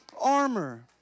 armor